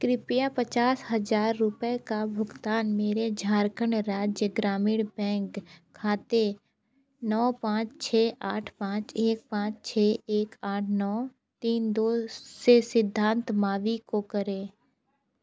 कृपया पचास हजार रुपये का भुगतान मेरे झारखण्ड राज्य ग्रामीण बैंक खाते नौ पाँच छः आठ पाँच एक पाँच छः एक आठ नौ तीन दो से सिद्धांत मावी को करें